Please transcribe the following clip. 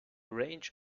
range